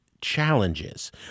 challenges